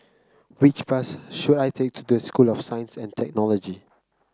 which bus should I take to the School of Science and Technology